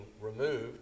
removed